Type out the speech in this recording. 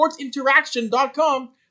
sportsinteraction.com